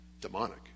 demonic